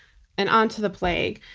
and onto the plague.